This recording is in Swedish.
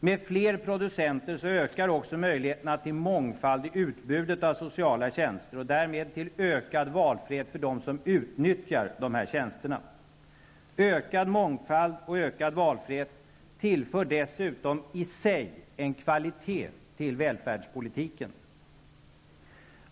Med fler producenter ökar också möjligheterna till mångfald i utbudet av sociala tjänster och därmed till ökad valfrihet för dem som utnyttjar de här tjänsterna. Ökad mångfald och ökad valfrihet tillför dessutom i sig en kvalitet till välfärdspolitiken.